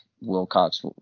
Wilcox